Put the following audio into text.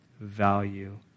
value